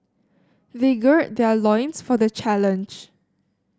they gird their loins for the challenge